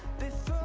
this